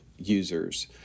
users